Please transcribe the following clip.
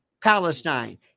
Palestine